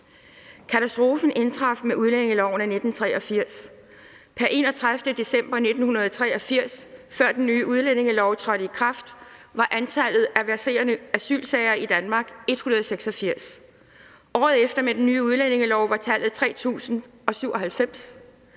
Katastrofen indtraf med udlændingeloven i 1983. Pr. 31. december 1983, før den nye udlændingelov trådte i kraft, var antallet af verserende asylsager i Danmark 186. Året efter med den nye udlændingelov var tallet 3.097.